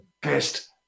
best